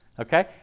Okay